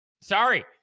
Sorry